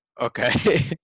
okay